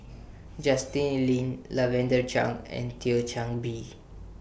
Justin Lean Lavender Chang and Thio Chan Bee